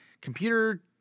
computer